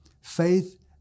Faith